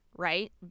Right